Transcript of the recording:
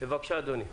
בבקשה, אדוני.